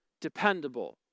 dependable